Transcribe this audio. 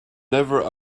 never